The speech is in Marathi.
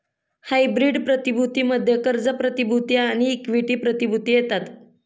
हायब्रीड प्रतिभूती मध्ये कर्ज प्रतिभूती आणि इक्विटी प्रतिभूती येतात